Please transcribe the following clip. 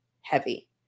heavy